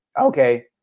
okay